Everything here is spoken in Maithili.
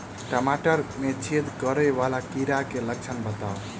टमाटर मे छेद करै वला कीड़ा केँ लक्षण बताउ?